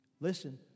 Listen